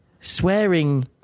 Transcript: swearing